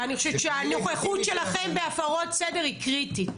ואני חושבת שהנוכחות שלכם בהפרות סדר היא קריטית.